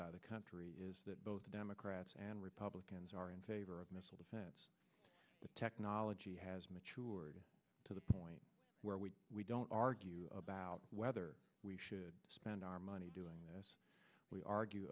by the country is that both democrats and republicans are in favor of missile defense technology has maturity to the point where we we don't argue about whether we should spend our money doing this we argue